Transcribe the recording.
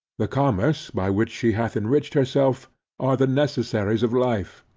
the commerce, by which she hath enriched herself are the necessaries of life,